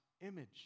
image